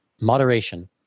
moderation